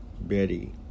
Betty